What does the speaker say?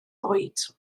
oed